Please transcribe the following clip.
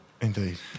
Indeed